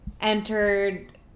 entered